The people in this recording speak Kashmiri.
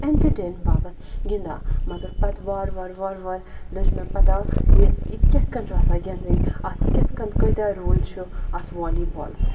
انٹَرٹین باپَتھ گِنٛدان مگر پَتہٕ وارٕ وارٕ وارٕ وارٕ لٔج مےٚ پَتہ زِ یہِ کِتھ کٔنۍ چھُ آسان گِنٛدٕنۍ اَتھ کِتھ کٔنۍ کۭتیاہ روٗل چھِ اَتھ والی بالَس